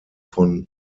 von